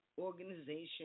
organization